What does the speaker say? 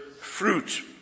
fruit